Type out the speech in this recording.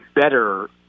better